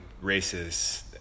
races